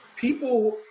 people